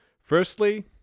Firstly